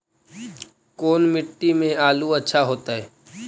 कोन मट्टी में आलु अच्छा होतै?